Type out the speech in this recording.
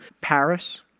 Paris